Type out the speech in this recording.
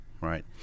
right